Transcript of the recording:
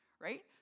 right